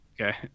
Okay